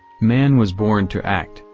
man was born to act,